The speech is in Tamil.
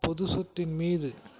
பொதுச் சொத்தின்மீது